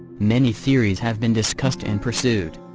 many theories have been discussed and pursued.